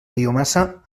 biomassa